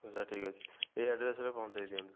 ଆଚ୍ଛା ଠିକ ଅଛି ଏହି ଆଡ଼୍ରେସରେ ପହଞ୍ଚାଇ ଦିଅନ୍ତୁ